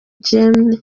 gen